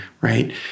right